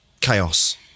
chaos